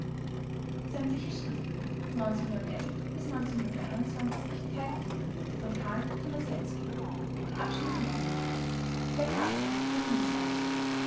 der cato von